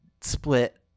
split